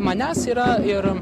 manęs yra ir